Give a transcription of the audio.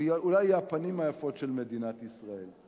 אולי היא הפנים היפות של מדינת ישראל.